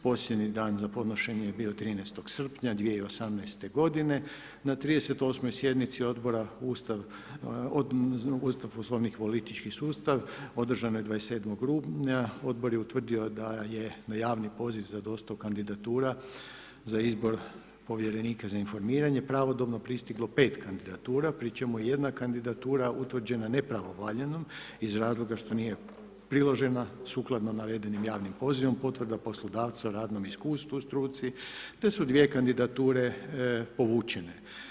Posljednji dan za podnošenje je bio 13. srpnja 2018. na 38. sjednici Odbora za Ustav, poslovnik i politički sustav, održanog 27. rujna, Odbor je utvrdio da je na javni poziv za dostavu kandidatura za izbor povjerenika za informiranje pravodobno pristiglo 5 kandidatura, pri čemu je jedna kandidatura utvrđena nepravovaljanom iz razloga što nije priložena, sukladno navedenim javnim pozivom, potvrda poslodavca o radnom iskustvu u struci, te su 2 kandidature povučene.